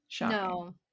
no